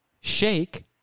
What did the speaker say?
shake